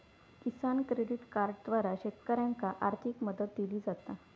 किसान credit कार्डद्वारा शेतकऱ्यांनाका आर्थिक मदत दिली जाता